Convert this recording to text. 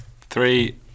Three